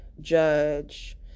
Judge